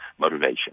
motivation